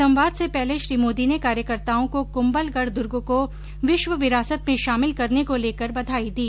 संवाद से पहले श्री मोदी ने कार्यकर्ताओं को कृम्भलगढ द्र्ग को विश्व विरासत में शामिल करने को लेकर बधाई दी